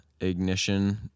ignition